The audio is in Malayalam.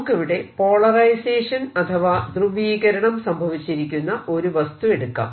നമുക്കിവിടെ പോളറൈസേഷൻ അഥവാ ധ്രുവീകരണം സംഭവിച്ചിരിക്കുന്ന ഒരു വസ്തു എടുക്കാം